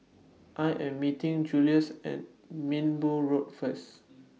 I Am meeting Julious At Minbu Road First